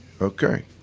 Okay